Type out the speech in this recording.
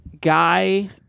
guy